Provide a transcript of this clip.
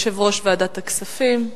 יושב-ראש ועדת הכספים.